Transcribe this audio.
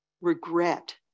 regret